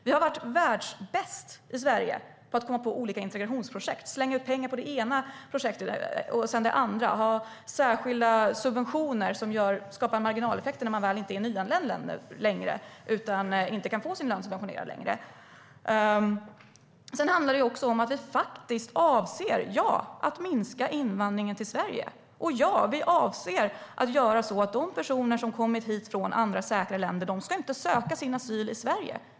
Vi har i Sverige varit världsbäst på att komma på olika integrationsprojekt, slänga ut pengar på det ena projektet efter det andra, ha särskilda subventioner som skapar marginaleffekter när man inte längre är nyanländ och inte längre kan få sin lön subventionerad. Det handlar också om att vi faktiskt avser - ja! - att minska invandringen till Sverige. Och ja, vi avser att göra så att de personer som kommer hit från andra säkra länder inte ska söka asyl i Sverige.